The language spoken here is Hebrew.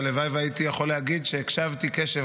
שהלוואי והייתי יכול להגיד שהקשבתי קשב